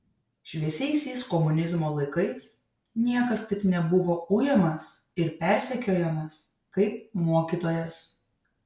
šviesiaisiais komunizmo laikais niekas taip nebuvo ujamas ir persekiojamas kaip mokytojas